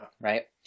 right